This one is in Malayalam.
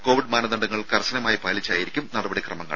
കോവിഡ് മാനദണ്ഡങ്ങൾ കർശനമായി പാലിച്ചായിരിക്കും നടപടിക്രമങ്ങൾ